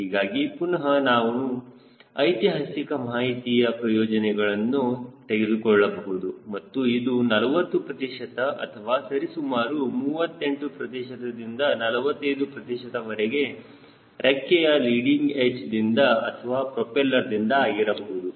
ಹೀಗಾಗಿ ಪುನಃ ನಾವು ಐತಿಹಾಸಿಕ ಮಾಹಿತಿಯ ಪ್ರಯೋಜನೆಗಳನ್ನು ತೆಗೆದುಕೊಳ್ಳಬಹುದು ಮತ್ತು ಇದು 40 ಪ್ರತಿಶತ ಅಥವಾ ಸರಿಸುಮಾರು 38 ಪ್ರತಿಶತದಿಂದ 45 ಪ್ರತಿಶತ ವರೆಗೆ ರೆಕ್ಕೆಯ ಲೀಡಿಂಗ್ ಎಡ್ಚ್ದಿಂದ ಅಥವಾ ಪ್ರೊಪೆಲ್ಲರ್ದಿಂದ ಆಗಿರಬಹುದು